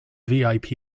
vip